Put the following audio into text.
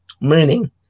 Meaning